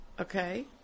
Okay